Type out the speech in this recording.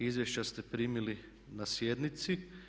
Izvješća ste primili na sjednici.